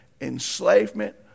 enslavement